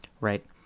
right